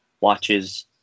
watches